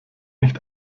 nicht